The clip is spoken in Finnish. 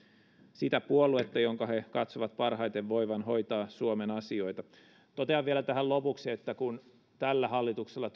sitä puoluetta jonka he katsovat parhaiten voivan hoitaa suomen asioita totean vielä tähän lopuksi että kun tällä hallituksella